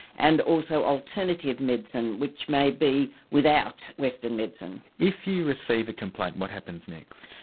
and also alternative medicine, which may be without western medicine. if you receive a complaint, what happens next?